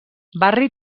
barri